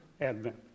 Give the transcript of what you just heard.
advent